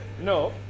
No